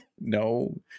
no